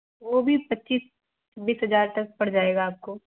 वह भी पच्चीस बीस हज़ार तक पड़ जाएगा आपको